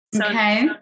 Okay